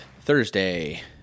Thursday